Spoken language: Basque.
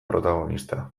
protagonista